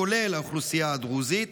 כולל האוכלוסייה הדרוזית,